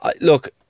Look